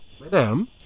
Madam